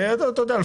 אתה יודע,